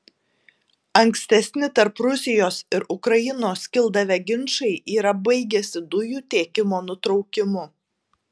ankstesni tarp rusijos ir ukrainos kildavę ginčai yra baigęsi dujų tiekimo nutraukimu